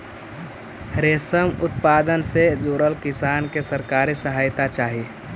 रेशम उत्पादन से जुड़ल किसान के सरकारी सहायता चाहि